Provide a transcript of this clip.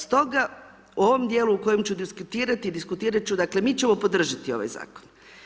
Stoga, u ovom dijelu u kojem ću diskutirati, diskutirati ću, dakle, mi ćemo podržati ovaj zakon.